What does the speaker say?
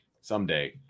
someday